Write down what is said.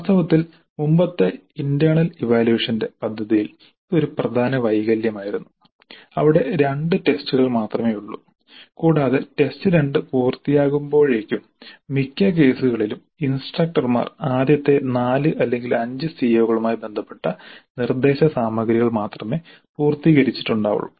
വാസ്തവത്തിൽ മുമ്പത്തെ ഇന്റെർണൽ ഇവാല്യുവേഷന്റെ പദ്ധതിയിൽ ഇത് ഒരു പ്രധാന വൈകല്യമായിരുന്നു അവിടെ 2 ടെസ്റ്റുകൾ മാത്രമേ ഉള്ളൂ കൂടാതെ ടെസ്റ്റ് 2 പൂർത്തിയാകുമ്പോഴേക്കും മിക്ക കേസുകളിലും ഇൻസ്ട്രക്ടർമാർ ആദ്യത്തെ 4 അല്ലെങ്കിൽ 5 സിഒകളുമായി ബന്ധപ്പെട്ട നിർദ്ദേശ സാമഗ്രികൾ മാത്രമേ പൂർത്തീകരിച്ചിട്ടുണ്ടാവുള്ളൂ